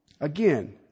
Again